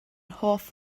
hoff